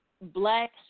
black